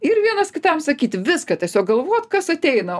ir vienas kitam sakyti viską tiesiog galvot kas ateina